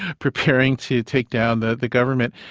preparing to take down the the government.